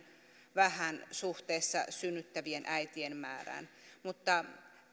vähän suhteessa synnyttävien äitien määrään mutta